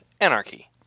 anarchy